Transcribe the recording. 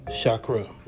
Chakra